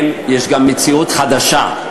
יש גם מציאות חדשה.